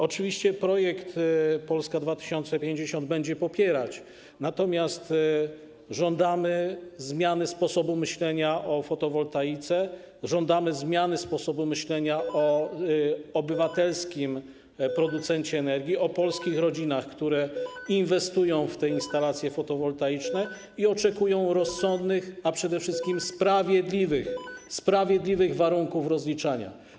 Oczywiście Polska 2050 będzie popierać ten projekt, natomiast żądamy zmiany sposobu myślenia o fotowoltaice, żądamy zmiany sposobu myślenia o obywatelskim producencie energii, o polskich rodzinach, które inwestują w instalacje fotowoltaiczne i oczekują rozsądnych, a przede wszystkim sprawiedliwych warunków rozliczania.